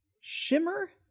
Shimmer